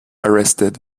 arrested